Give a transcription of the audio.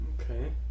okay